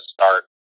start